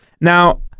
Now